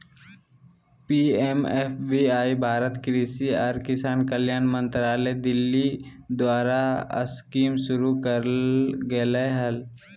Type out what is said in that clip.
PMFBY Bharat कृषि और किसान कल्याण मंत्रालय दिल्ली द्वारास्कीमशुरू करल गेलय हल